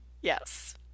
Yes